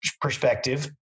perspective